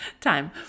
time